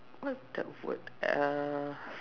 what's the word uh